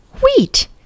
wheat